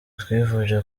twifuje